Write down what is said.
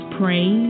pray